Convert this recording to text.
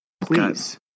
please